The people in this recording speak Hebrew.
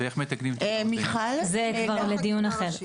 ואיך מתקנים את הטעות --- זה כבר לדיון אחר.